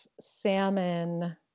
salmon